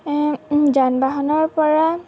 যান বাহনৰ পৰা